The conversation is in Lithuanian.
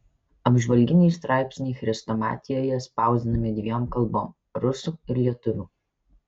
apžvalginiai straipsniai chrestomatijoje spausdinami dviem kalbom rusų ir lietuvių